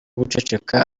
guceceka